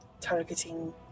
targeting